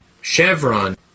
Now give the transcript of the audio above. Chevron